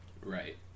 Right